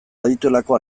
badituelako